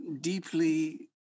deeply